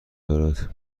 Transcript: دارد